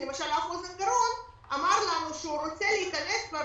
כי למשל רופא האף אוזן גרון אמר לנו שהוא רוצה להיכנס כבר